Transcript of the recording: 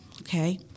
okay